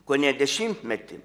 kone dešimtmetį